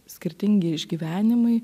skirtingi išgyvenimai